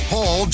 Paul